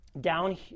Down